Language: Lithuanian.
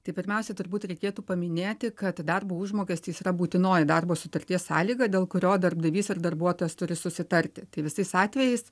tai pirmiausiai turbūt reikėtų paminėti kad darbo užmokestis yra būtinoji darbo sutarties sąlyga dėl kurio darbdavys ir darbuotojas turi susitarti tai visais atvejais